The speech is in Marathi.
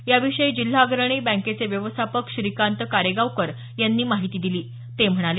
याविषयी जिल्हा अग्रणी बँकेचे व्यवस्थापक श्रीकांत कारेगावकर यांनी माहिती दिली ते म्हणाले